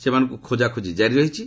ସେମାନଙ୍କୁ ଖୋକାଖୋଜି କାରି ରହିଛି